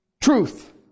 truth